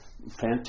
Fantastic